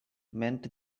meant